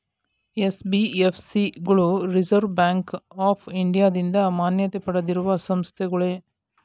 NBFC ಗಳು Reserve Bank of ಇಂಡಿಯಾದಿಂದ ಮಾನ್ಯತೆ ಪಡೆದಿರುವ ಸಂಸ್ಥೆಗಳೇ?